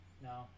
No